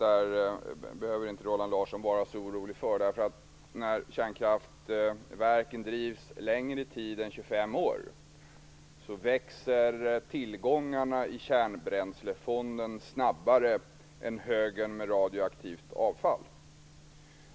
Fru talman! Roland Larsson behöver inte vara så orolig för det här med årtal och tider. När kärnkraftverken drivs längre tid än 25 år växer tillgångarna i Kärnbränslefonden snabbare än högen med radioaktivt avfall.